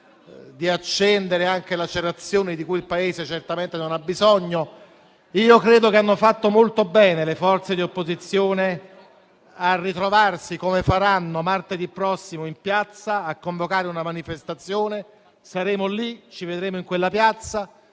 di accendere anche lacerazioni di cui il Paese certamente non ha bisogno. Credo che abbiano fatto molto bene le forze di opposizione a ritrovarsi, come faranno martedì prossimo, in piazza a convocare una manifestazione. Saremo lì, ci vedremo in quella piazza,